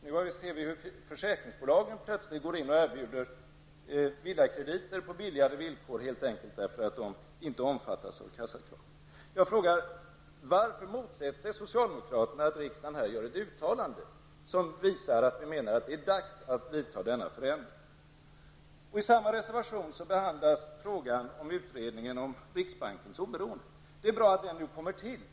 I dag ser vi hur försäkringsbolagen plötsligt erbjuder billigare villakrediter därför att de inte omfattas av kassakraven. Jag frågar: Varför motsätter sig socialdemokraterna att riksdagen här gör ett uttalande som visar att vi menar att det är dags att vidta denna förändring? I samma reservation behandlas frågan om utredningen av riksbankens oberoende. Det är bra att den nu kommer till.